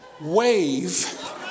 wave